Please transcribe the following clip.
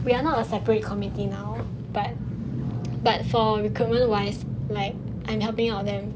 we are not a separate committee now but but for recruitment wise like I'm helping out them